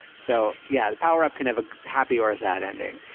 so, yeah, the power up can have a happy or a sad ending.